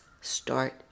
start